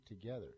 together